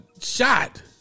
Shot